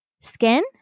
skin